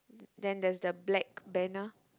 then there's the black banner